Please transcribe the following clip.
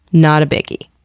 not a biggie.